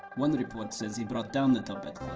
one report says he brought down the toppat